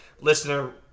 listener